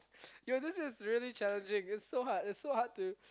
yo this is really challenging it's so hard it's so hard to